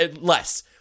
less